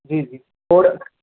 जी जी और